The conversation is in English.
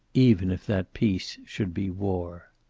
even if that peace should be war.